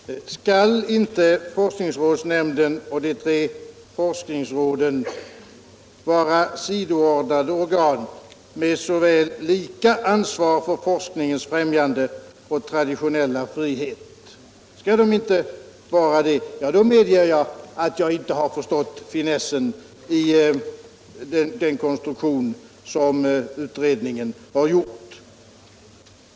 Herr talman! Skall inte forskningsrådsnämnden och de tre forskningsråden vara sidoordnade organ med lika ansvar för forskningens främjande och traditionella frihet, då medger jag att jag inte har förstått finessen i den konstruktion som utredningen har gjort.